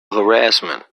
harassment